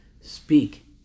speak